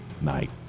night